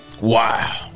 Wow